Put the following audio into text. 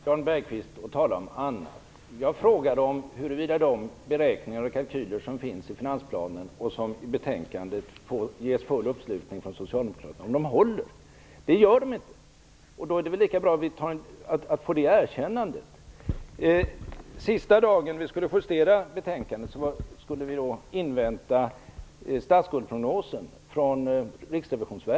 Herr talman! Nu fortsätter Jan Bergqvist att tala om annat. Jag frågade om huruvida de beräkningar och kalkyler som finns i finansplanen och som i betänkandet ges full uppslutning från socialdemokraterna håller. Det gör de inte, och då är det väl lika bra att få det erkännandet. Sista dagen för att justera betänkandet skulle vi invänta statsskuldprognosen från Riksrevisionsverket.